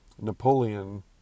Napoleon